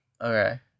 Okay